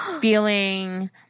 feeling